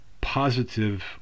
positive